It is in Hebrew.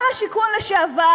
שר השיכון לשעבר,